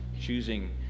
choosing